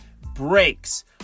breaks